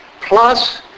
Plus